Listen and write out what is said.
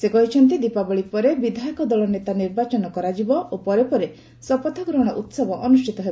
ସେ କହିଛନ୍ତି ଦୀପାବଳି ପରେ ବିଧାୟକ ଦଳ ନେତା ନିର୍ବାଚନ କରାଯିବ ଓ ପରେ ପରେ ଶପଥଗ୍ରହଣ ଉତ୍ସବ ଅନୁଷ୍ଠିତ ହେବ